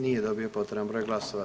Nije dobio potreban broj glasova.